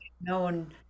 known